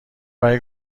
برای